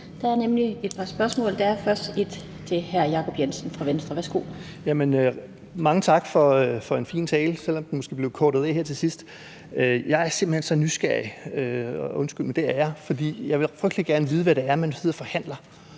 Der er nemlig et par spørgsmål. Der er først et til hr. Jacob Jensen fra Venstre. Værsgo. Kl. 17:41 Jacob Jensen (V): Mange tak for en fin tale, selv om den måske blev kortet af her til sidst. Jeg er simpelt hen så nysgerrig. Undskyld, men det er jeg, for jeg vil frygtelig gerne vide, hvad det er, man sidder og forhandler